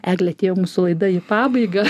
eglė atėjo mūsų laida į pabaigą